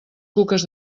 cuques